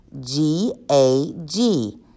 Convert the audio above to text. G-A-G